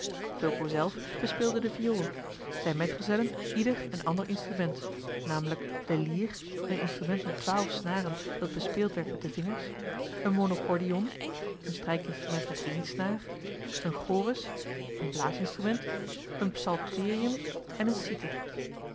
fulco zelf bespeelde de viool zijne metgezellen ieder een ander instrument namelijk de lier een instrument met twaalf snaren dat bespeeld werd met de vingers een monocordion een strijkinstrument met één snaar een chorus een blaasinstrument een psalterium en een cyther